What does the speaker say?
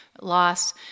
loss